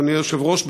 אדוני היושב-ראש,